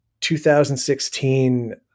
2016